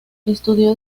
estudió